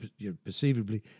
perceivably